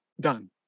done